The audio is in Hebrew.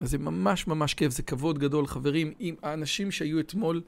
אז זה ממש ממש כיף, זה כבוד גדול, חברים, עם האנשים שהיו אתמול